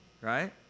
right